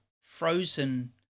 frozen